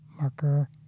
marker